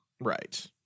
Right